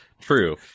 true